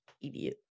Idiot